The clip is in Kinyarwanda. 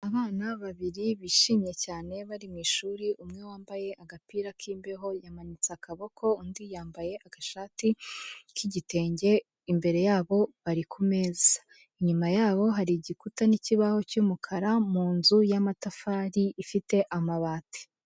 Abana babiri bishimye cyane bari mu ishuri, umwe wambaye agapira k'imbeho y'amanitse akaboko undi yambaye agashati k'igitenge imbere yabo bari k'umeza, inyuma yabo hari igikuta n'ikibaho cy'umukara mu inzu y'amatafari ifite amabati.